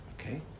Okay